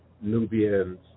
Nubians